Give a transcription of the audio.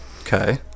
Okay